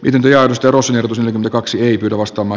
olympiaedustavuus ja kaksi hirvastama